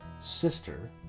sister